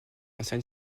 ancien